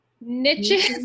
niches